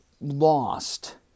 lost